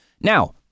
Now